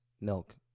milk